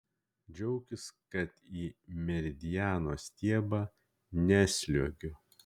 džiaukis kad į meridiano stiebą nesliuogiu